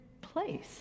place